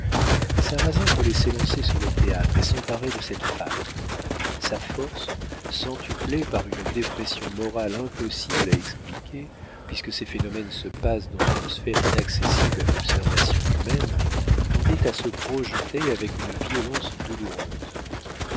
sarrasine voulait s'élancer sur le théâtre et s'emparer de cette femme sa force centuplée par une dépression morale impossible à expliquer puisque ces phénomènes se passent dans une sphère inaccessible à l'observation humaine tendait à se projeter avec une violence douloureuse